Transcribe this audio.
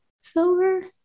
Silver